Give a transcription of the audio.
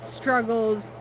struggles